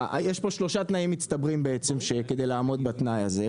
יש פה שלושה תנאים מצטברים בעצם שכדי לעמוד בתנאי הזה,